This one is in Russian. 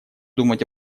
думать